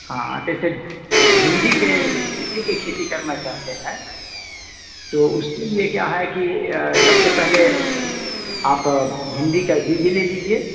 हाँ हाँ कैसे भिंडी की भिंडी की खेती करना चाहते हैं तो उसके लिए क्या है कि सबसे पहले आप भिंडी का बीज ले लीजिए